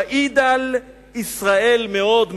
ויידל ישראל מאוד,